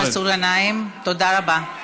חבר הכנסת מסעוד גנאים, תודה רבה.